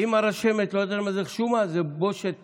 אם הרשמת לא יודעת מה זה חשומה, זה בושת פנים.